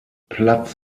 platz